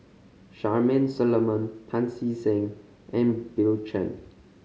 Charmaine Solomon Pancy Seng and Bill Chen